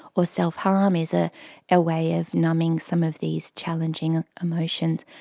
or self-harm um is ah a way of numbing some of these challenging ah emotions,